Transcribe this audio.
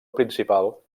principal